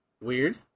Weird